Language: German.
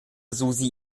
susi